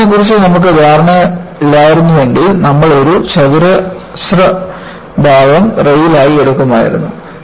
വളയുന്നതിനെക്കുറിച്ച് നമുക്ക് ധാരണയില്ലായിരുന്നുവെങ്കിൽ നമ്മൾ ഒരു ചതുരശ്ര ഭാഗം റെയിൽ ആയി എടുക്കുമായിരുന്നു